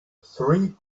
three